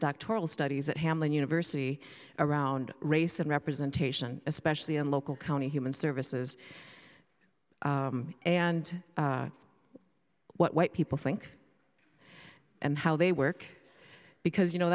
doctoral studies at hamline university around race and representation especially in local county human services and what white people think and how they work because you know